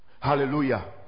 Hallelujah